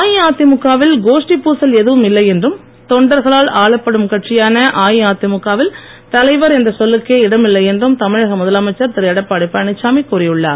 அஇஅதிமுக வில் கோஷ்டிப் பூசல் எதுவும் இல்லை என்றும் தொண்டர்களால் ஆளப்படும் கட்சியான அஇஅதிமுக வில் தலைவர் என்ற சொல்லுக்கே இடமில்லை என்றும் தமிழக முதலமைச்சர் திரு எடப்பாடி பழனிச்சாமி கூறியுள்ளார்